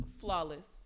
flawless